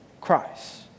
Christ